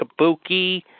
Kabuki